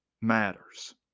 matters